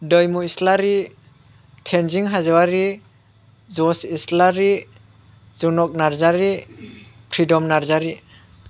दैमु इसलारि टेनजिं हाज'वारि जस इसलारि जनक नारजारि प्रिडम नारजारि